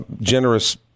generous